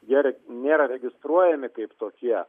jie nėra registruojami kaip tokie